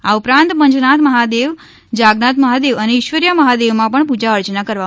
આ ઉપરાંત પંચનાથ મહાદેવ જાગન્નાથ મહાદેવ અને ઈશ્ર્વિરીયા મહાદેવમાં પણ પૂજા અર્ચના કરવામાં આવી